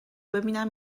ببینم